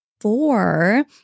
four